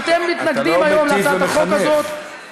אם אתם היום מתנגדים להצעת החוק הזאת,